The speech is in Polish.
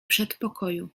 przedpokoju